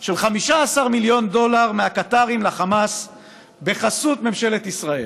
של 15 מיליון דולר מהקטארים לחמאס בחסות ממשלת ישראל.